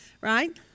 right